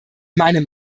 meinem